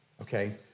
okay